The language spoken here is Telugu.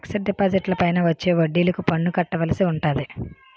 ఫిక్సడ్ డిపాజిట్లపైన వచ్చే వడ్డిలకు పన్ను కట్టవలసి ఉంటాది